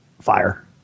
fire